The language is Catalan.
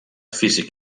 físic